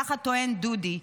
כך טוען דודי.